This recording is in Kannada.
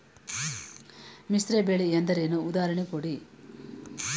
ಮಿಶ್ರ ಬೆಳೆ ಎಂದರೇನು, ಉದಾಹರಣೆ ಕೊಡಿ?